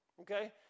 okay